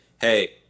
hey